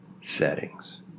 settings